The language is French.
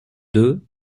deux